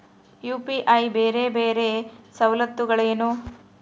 UPI ಬೇರೆ ಬೇರೆ ಸವಲತ್ತುಗಳೇನು?